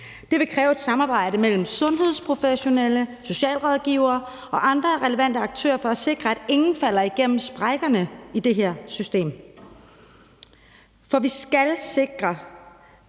Det vil kræve et samarbejde mellem sundhedsprofessionelle, socialrådgivere og andre relevante aktører for at sikre, at ingen falder igennem sprækkerne i det her system. Her taler